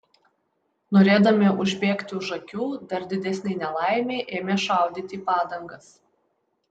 norėdami užbėgti už akių dar didesnei nelaimei ėmė šaudyti į padangas